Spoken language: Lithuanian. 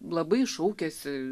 labai šaukiasi